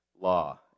law